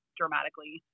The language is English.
dramatically